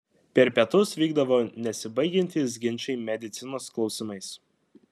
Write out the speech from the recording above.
per pietus vykdavo nesibaigiantys ginčai medicinos klausimais